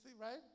right